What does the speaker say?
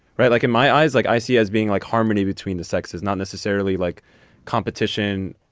right, like in my eyes, like i see as being like harmony between the sexes, not necessarily like competition.